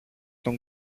τον